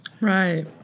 right